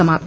समाप्त